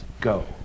go